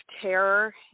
terror